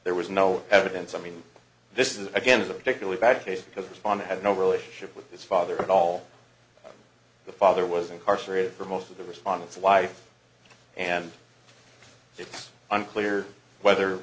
there was no evidence i mean this is again is a particularly bad case because upon had no relationship with this father at all the father was incarcerated for most of the respondents life and it's unclear whether